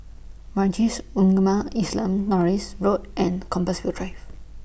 Majlis Ugama Islam Norris Road and Compassvale Drive